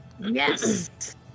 Yes